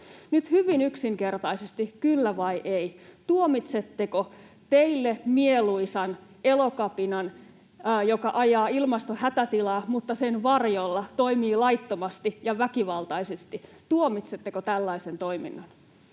Nyt hyvin yksinkertaisesti, kyllä vai ei: Tuomitsetteko teille mieluisan Elokapinan, joka ajaa ilmastohätätilaa mutta sen varjolla toimii laittomasti ja väkivaltaisesti? Tuomitsetteko tällaisen toiminnan?